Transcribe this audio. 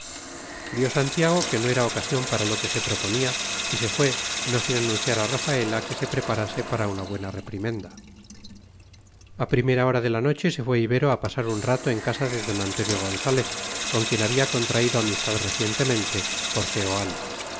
vio santiago que no era ocasión para lo que se proponía y se fue no sin anunciar a rafaela que se preparase para una buena reprimenda a primera hora de la noche se fue ibero a pasar un rato en casa de d antonio gonzález con quien había contraído amistad recientemente por